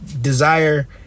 desire